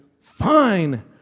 fine